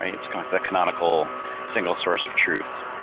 it's kind of the canonical single source of truth.